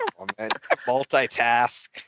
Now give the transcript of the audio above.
Multitask